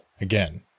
again